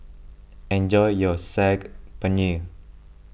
enjoy your Saag Paneer